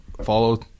Follow